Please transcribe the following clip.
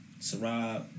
Sarab